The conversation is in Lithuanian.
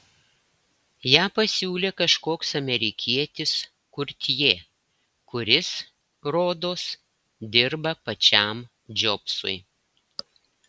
ją pasiūlė kažkoks amerikietis kurtjė kuris rodos dirba pačiam džobsui